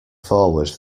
forward